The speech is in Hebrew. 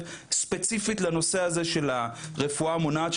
ספציפית לנושא הזה של הרפואה המונעת,